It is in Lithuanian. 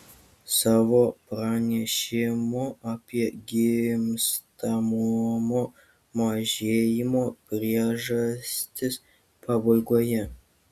savo pranešimo apie gimstamumo mažėjimo priežastis pabaigoje